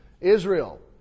Israel